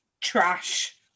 trash